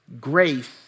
grace